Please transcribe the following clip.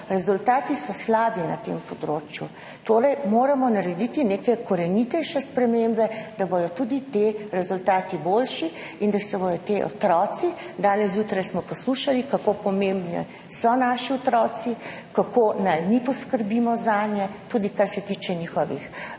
rezultati so na tem področju slabi, torej moramo narediti neke korenitejše spremembe, da bodo tudi ti rezultati boljši in da se bodo ti otroci, danes zjutraj smo poslušali, kako pomembni so naši otroci, kako naj mi poskrbimo zanje, tudi kar se tiče njihovih